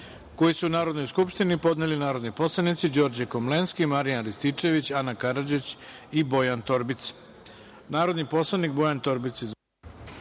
koji su Narodnoj skupštini podneli narodni poslanici Đorđe Komlenski, Marijan Rističević, Ana Karadžić i Bojan Torbica. Reč